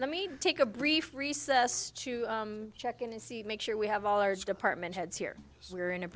let me take a brief recess to check in and make sure we have all our department heads here we're in a